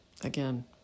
Again